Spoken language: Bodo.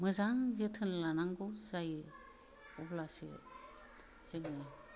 मोजां जोथोन लानांगौ जायो अब्लासो जोङो